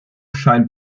scheint